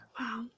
Wow